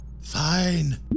Fine